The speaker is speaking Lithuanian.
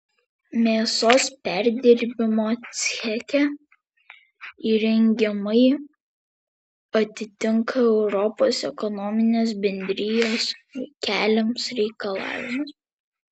mėsos perdirbimo ceche įrengimai atitinka europos ekonominės bendrijos keliamus reikalavimus